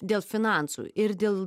dėl finansų ir dėl